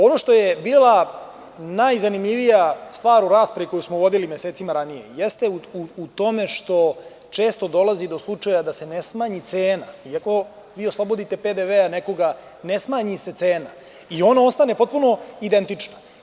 Ono što je bila najzanimljivija stvar u raspravi koju smo vodili mesecima ranije jeste u tome što često dolazi do slučaja da se ne smanji cena, iako vi oslobodite PDV, a nekoga, ne smanji se cena i ono ostane potpuno identično.